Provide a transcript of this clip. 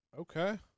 okay